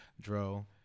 Dro